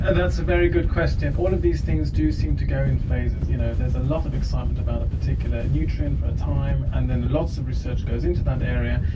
and that's a very good question. all of these things do seem to go in phases. you know, there's a lot of excitement about a particular nutrient for a time, and then lots of research goes into that area,